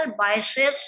biases